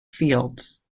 fields